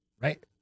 Right